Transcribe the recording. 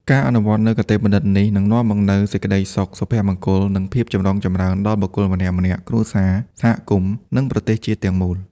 ការអនុវត្តន៍នូវគតិបណ្ឌិតនេះ នឹងនាំមកនូវសេចក្ដីសុខ សុភមង្គល និងភាពចម្រុងចម្រើនដល់បុគ្គលម្នាក់ៗ គ្រួសារ សហគមន៍ និងប្រទេសជាតិទាំងមូល។